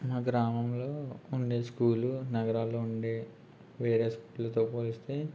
మా గ్రామంలో ఉండే స్కూలు నగరాల్లో ఉండే వేరే స్కూల్తో పోలిస్తే